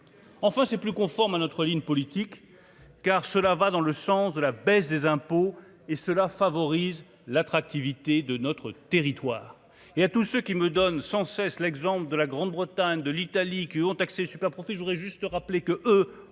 Enfin c'est plus conformes à notre ligne politique, car cela va dans le sens de la baisse des impôts et cela favorise l'attractivité de notre territoire et à tout ce qui me donne sans cesse l'exemple de la Grande-Bretagne, de l'Italie qui ont accès superprofits je voudrais juste rappeler que eux